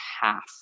half